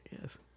Yes